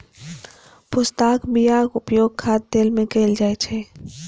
पोस्ताक बियाक उपयोग खाद्य तेल मे कैल जाइ छै